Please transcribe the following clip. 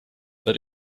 but